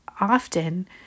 often